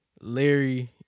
Larry